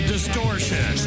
Distortion